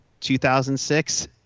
2006